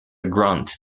grunt